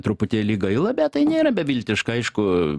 truputėlį gaila bet tai nėra beviltiška aišku